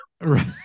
Right